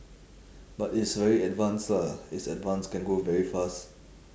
but it's very advanced lah it's advanced can go very fast